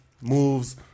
moves